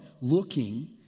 looking